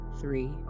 three